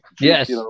yes